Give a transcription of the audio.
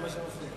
זה מה שהם עושים.